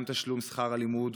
גם תשלום שכר הלימוד,